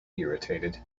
irritated